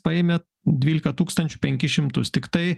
paėmė dvylika tūkstančių penkis šimtus tiktai